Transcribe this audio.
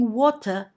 water